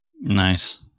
Nice